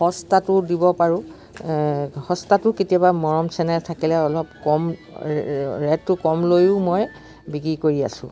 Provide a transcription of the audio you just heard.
সস্তাটো দিব পাৰোঁ সস্তাটো কেতিয়াবা মৰম চেনেহ থাকিলে অলপ কম ৰেটটো কম লয়ো মই বিক্ৰী কৰি আছোঁ